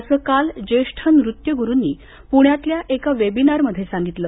असं काल ज्येष्ठ नृत्यग्रूंनी पुण्यातल्या एका वेबिनारमध्ये सांगितलं